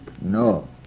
No